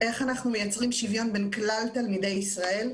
איך אנחנו מייצרים שוויון בין כלל תלמידי ישראל,